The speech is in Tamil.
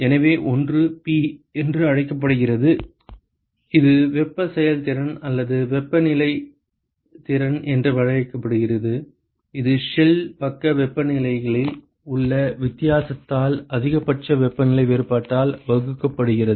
எனவே ஒன்று P என்று அழைக்கப்படுகிறது இது வெப்ப செயல்திறன் அல்லது வெப்பநிலை திறன் என வரையறுக்கப்படுகிறது இது ஷெல் பக்க வெப்பநிலையில் உள்ள வித்தியாசத்தால் அதிகபட்ச வெப்பநிலை வேறுபாட்டால் வகுக்கப்படுகிறது